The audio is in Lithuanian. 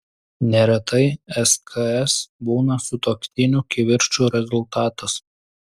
neretai sks būna sutuoktinių kivirčų rezultatas